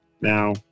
Now